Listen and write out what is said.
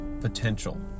potential